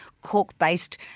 cork-based